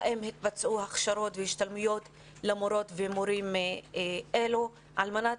האם התבצעו הכשרות והשתלמויות למורות ולמורים אלה על מנת